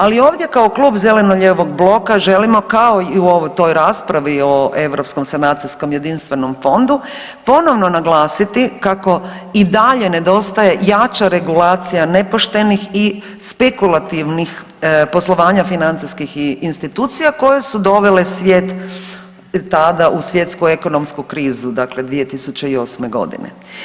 Ali ovdje kao klub zeleno-lijevog bloka želimo kao i u toj raspravi o europskom sanacijskom jedinstvenom fondu ponovno naglasiti kako i dalje nedostaje jača regulacija nepoštenih i spekulativnih poslovanja financijskih institucija koje su dovele svijet tada u svjetsku ekonomsku krizu, dakle 2008. godine.